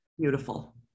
Beautiful